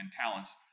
talents